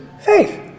faith